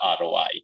ROI